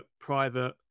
private